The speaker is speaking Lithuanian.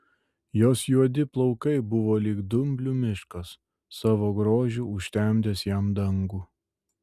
jos juodi plaukai buvo lyg dumblių miškas savo grožiu užtemdęs jam dangų